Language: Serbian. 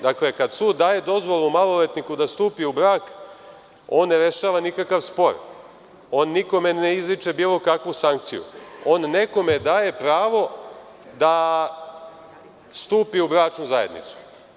Dakle, kada sud daje dozvolu maloletniku da stupe u brak, on ne rešava nikakav spor, nikome ne izriče bilo kakvu sankciju, on nekome daje pravo da stupi u bračnu zajednicu.